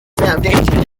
foundation